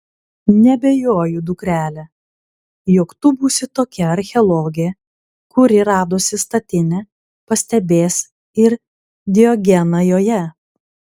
neabejoju dukrele jog tu būsi tokia archeologė kuri radusi statinę pastebės ir diogeną joje